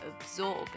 absorb